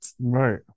Right